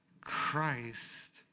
Christ